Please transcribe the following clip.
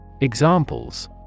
Examples